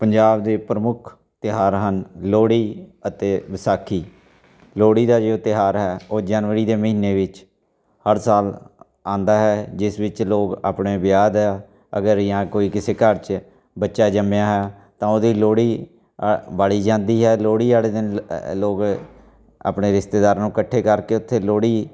ਪੰਜਾਬ ਦੇ ਪ੍ਰਮੁੱਖ ਤਿਉਹਾਰ ਹਨ ਲੋਹੜੀ ਅਤੇ ਵਿਸਾਖੀ ਲੋਹੜੀ ਦਾ ਜੋ ਤਿਉਹਾਰ ਹੈ ਉਹ ਜਨਵਰੀ ਦੇ ਮਹੀਨੇ ਵਿੱਚ ਹਰ ਸਾਲ ਆਉਂਦਾ ਹੈ ਜਿਸ ਵਿੱਚ ਲੋਕ ਆਪਣੇ ਵਿਆਹ ਦਾ ਅਗਰ ਜਾਂ ਕੋਈ ਕਿਸੇ ਘਰ 'ਚ ਬੱਚਾ ਜੰਮਿਆ ਹੈ ਤਾਂ ਉਹਦੀ ਲੋਹੜੀ ਵਾਲੀ ਜਾਂਦੀ ਹੈ ਲੋਹੜੀ ਵਾਲੇ ਦਿਨ ਲ ਲੋਕ ਆਪਣੇ ਰਿਸ਼ਤੇਦਾਰ ਨੂੰ ਇਕੱਠੇ ਕਰਕੇ ਉੱਥੇ ਲੋਹੜੀ